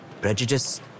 prejudice